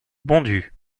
bondues